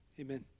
Amen